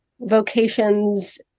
vocations